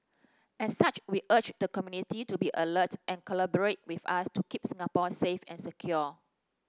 as such we urge the community to be alert and collaborate with us to keep Singapore safe and secure